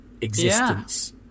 existence